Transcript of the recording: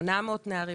800 נערים.